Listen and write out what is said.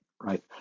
right